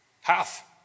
Half